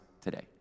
today